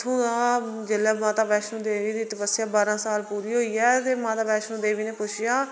उत्थूं दा जेल्लै माता वैष्णो देवी दी तपस्या बारां साल पूरी होई ऐ ते माता वैष्णो देवी ने पुच्छेआ